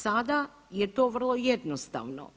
Sada je to vrlo jednostavno.